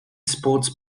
sports